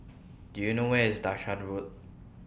Do YOU know Where IS Dashan Road